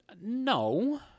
no